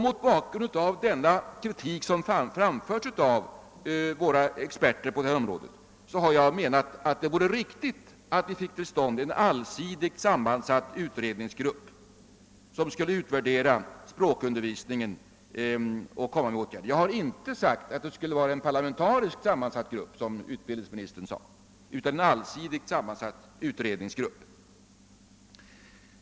Mot bakgrunden av denna kritik som framförts av experter på detta område har jag ansett att det vore riktigt att vi fick till stånd en allsidigt sammansatt utredningsgrupp, som skulle utvärdera språkundervisningen och framlägga förslag till åtgärder. Jag har inte sagt att det skulle vara en parlamentariskt sammansatt grupp, som utbildningsministern gjorde gällande, utan en allsidigt sammansatt utredningsgrupp.